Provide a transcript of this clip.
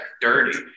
dirty